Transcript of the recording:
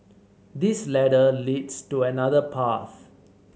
this ladder leads to another path